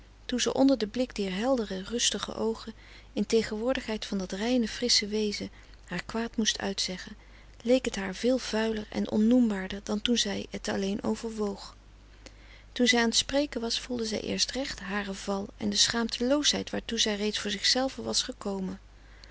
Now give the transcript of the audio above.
toen ze onder den blik dier heldere rustige oogen in tegenwoordigheid van dat reine frissche wezen haar kwaad moest uitzeggen leek het haar veel vuiler en onnoembaarder dan toen zij het alleen overwoog toen zij aan t spreken was voelde zij eerst recht haren val en de schaamteloosheid waartoe zij reeds voor zichzelve was gekomen